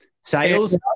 Sales